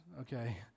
okay